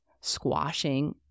squashing